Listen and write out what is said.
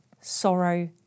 sorrow